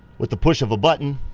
with the push of a button,